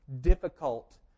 difficult